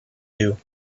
you